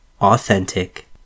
authentic